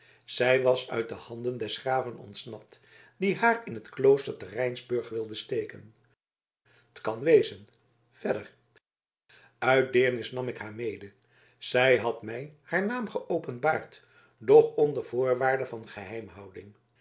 zij was uit de handen des graven ontsnapt die haar in t klooster te rijnsburg wilde steken t kan wezen verder uit deernis nam ik haar mede zij had mij haar naam geopenbaard doch onder voorwaarde van geheimhouding